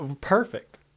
perfect